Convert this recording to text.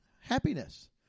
Happiness